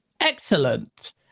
excellent